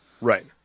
Right